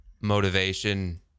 motivation